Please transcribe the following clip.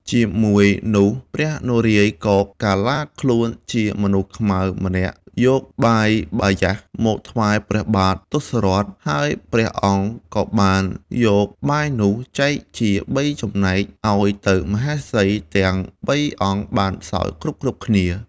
ជាមួយ នោះព្រះនារាយណ៍ក៏កាឡាខ្លួនជាមនុស្សខ្មៅម្នាក់យក បាយបាយាស មកថ្វាយព្រះបាទ ទសរថ ហើយព្រះអង្គក៏បានយកបាយនោះចែកជាបីចំណែក ឱ្យទៅមហេសីទាំងបីអង្គបាន សោយ គ្រប់ៗគ្នា។